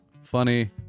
funny